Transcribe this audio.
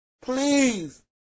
please